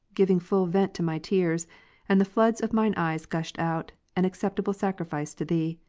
giving full vent to my tears and the floods of mine eyes gushed out, an acceptable sacrifice to thee.